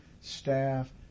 staff